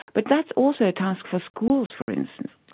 but that's also a task for schools, for instance.